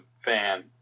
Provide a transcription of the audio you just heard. fan